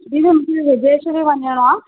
दीदी मूंखे विदेश में वञिणो आहे